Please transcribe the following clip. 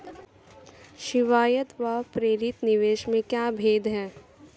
स्वायत्त व प्रेरित निवेश में क्या भेद है?